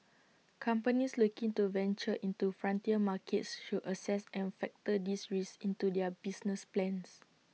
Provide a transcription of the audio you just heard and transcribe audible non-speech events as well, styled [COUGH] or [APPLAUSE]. [NOISE] companies looking to venture into frontier markets should assess and factor these risks into their business plans